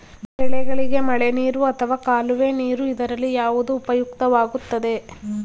ಬೆಳೆಗಳಿಗೆ ಮಳೆನೀರು ಅಥವಾ ಕಾಲುವೆ ನೀರು ಇದರಲ್ಲಿ ಯಾವುದು ಉಪಯುಕ್ತವಾಗುತ್ತದೆ?